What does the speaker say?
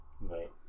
Right